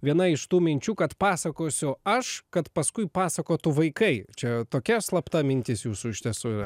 viena iš tų minčių kad pasakosiu aš kad paskui pasakotų vaikai čia tokia slapta mintis jūsų iš tiesų yra